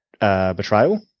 betrayal